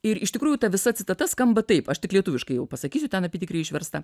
ir iš tikrųjų ta visa citata skamba taip aš tik lietuviškai jau pasakysiu ten apytikriai išversta